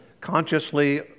consciously